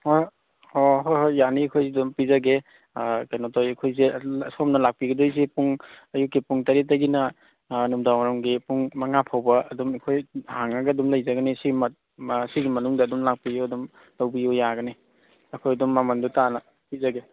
ꯑꯣ ꯍꯣꯏ ꯍꯣꯏ ꯌꯥꯅꯤ ꯑꯩꯈꯣꯏ ꯑꯗꯨꯝ ꯄꯤꯖꯒꯦ ꯀꯩꯅꯣ ꯇꯧꯋꯤ ꯑꯩꯈꯣꯏꯁꯦ ꯁꯣꯝꯅ ꯂꯥꯛꯄꯤꯒꯗꯣꯏꯁꯦ ꯄꯨꯡ ꯑꯌꯨꯛꯀꯤ ꯄꯨꯡ ꯇꯥꯔꯦꯠꯇꯒꯤꯅ ꯅꯨꯃꯤꯗꯥꯡ ꯋꯥꯏꯔꯝꯒꯤ ꯄꯨꯡ ꯃꯉꯥ ꯐꯥꯎꯕ ꯑꯗꯨꯝ ꯑꯩꯈꯣꯏ ꯍꯥꯡꯉꯒ ꯑꯗꯨꯝ ꯂꯩꯖꯒꯅꯤ ꯁꯤꯒꯤ ꯁꯤꯒꯤ ꯃꯅꯨꯡꯗ ꯑꯗꯨꯝ ꯂꯥꯛꯄꯤꯌꯨ ꯑꯗꯨꯝ ꯂꯧꯕꯤꯌꯨ ꯌꯥꯒꯅꯤ ꯑꯩꯈꯣꯏ ꯑꯗꯨꯝ ꯃꯃꯟꯗꯣ ꯇꯥꯅ ꯄꯤꯖꯒꯦ